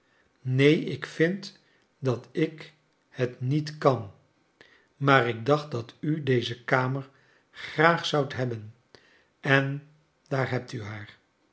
neen ik vind dat ik het niet kan maar ik dacht dat u deze kamer graag zoudt hebben en daar hebt u haar